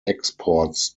exports